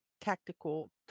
tactical